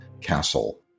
castle